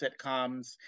sitcoms